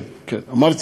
כן, כן, אמרתי.